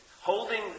holding